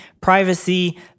privacy